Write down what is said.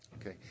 Okay